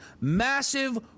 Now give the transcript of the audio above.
massive